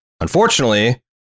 Unfortunately